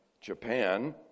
Japan